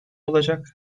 olacak